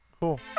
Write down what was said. cool